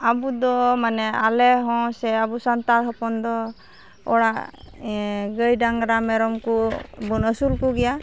ᱟᱵᱚᱫᱚ ᱢᱟᱱᱮ ᱟᱞᱮᱦᱚᱸ ᱥᱮ ᱟᱵᱚ ᱥᱟᱱᱛᱟᱲ ᱦᱚᱯᱚᱱᱫᱚ ᱚᱲᱟᱜ ᱜᱟᱹᱭᱼᱰᱟᱝᱜᱽᱨᱟ ᱢᱮᱨᱚᱢ ᱠᱚᱵᱚᱱ ᱟᱹᱥᱩᱞ ᱠᱚᱜᱮᱭᱟ